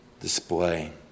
display